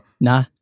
Nah